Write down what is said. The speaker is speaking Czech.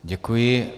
Děkuji.